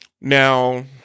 Now